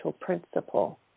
principle